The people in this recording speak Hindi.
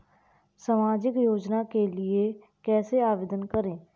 सामाजिक योजना के लिए कैसे आवेदन करें?